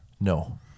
No